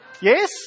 Yes